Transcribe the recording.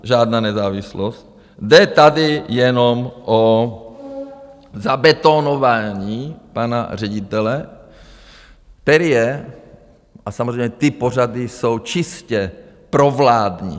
Žádná nezávislost, jde tady jenom o zabetonování pana ředitele, který je a samozřejmě ty pořady jsou čistě provládní.